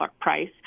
price